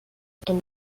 and